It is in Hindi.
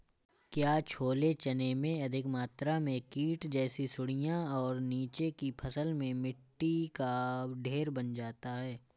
क्या छोले चने में अधिक मात्रा में कीट जैसी सुड़ियां और नीचे की फसल में मिट्टी का ढेर बन जाता है?